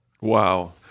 Wow